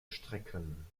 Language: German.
strecken